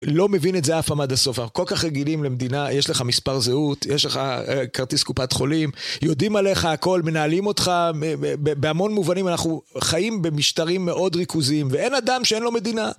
לא מבין את זה אף פעם עד הסוף, אבל כל כך רגילים למדינה, יש לך מספר זהות, יש לך כרטיס קופת חולים, יודעים עליך הכל, מנהלים אותך, בהמון מובנים אנחנו חיים במשטרים מאוד ריכוזיים, ואין אדם שאין לו מדינה.